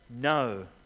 no